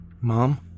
Mom